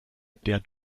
der